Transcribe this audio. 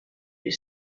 you